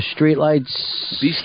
streetlights